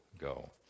go